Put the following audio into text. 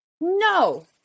No